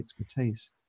expertise